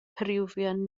peruvian